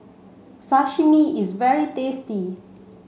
Sashimi is very tasty